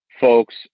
Folks